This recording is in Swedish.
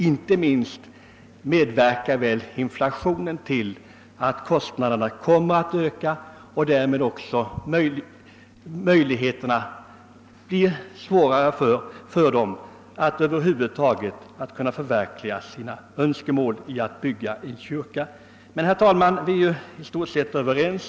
Inte minst medverkar inflationen till att kostna derna ökar, och därmed blir det svårare för församlingarna att över huvud taget förverkliga sina önskemål om att bygga sina kyrkor. Vi är emellertid i stort sett överens.